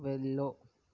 వెళ్ళు